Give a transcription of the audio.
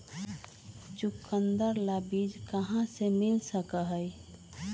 चुकंदर ला बीज कहाँ से मिल सका हई?